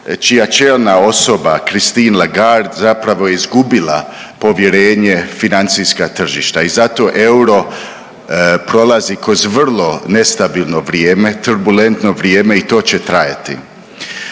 čija čelna osoba Christine Lagarde zapravo je izgubila povjerenje financijska tržišta i zato euro prolazi kroz vrlo nestabilno vrijeme, turbulentno vrijeme i to će trajati.